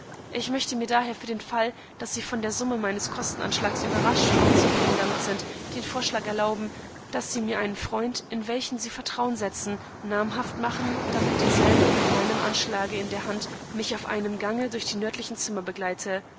ich möchte mir daher für den fall daß sie von der summe meines kostenanschlages überrascht oder unzufrieden damit sind den vorschlag erlauben daß sie mir einen freund inwelchensievertrauensetzen namhaftmachen damitderselbemitmeinem anschlage in der hand mich auf einem gange durch die nördlichen zimmer begleite